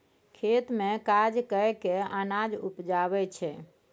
खेत मे काज कय केँ अनाज उपजाबै छै